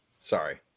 Sorry